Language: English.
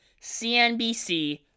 CNBC